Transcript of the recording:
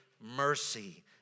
mercy